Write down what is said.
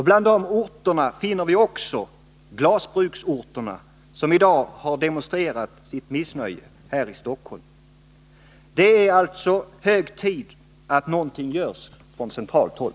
Bland de orterna finner vi också glasbruksorterna, som i dag har demonstrerat sitt missnöje här i Stockholm. Det är alltså hög tid att något görs från centralt håll.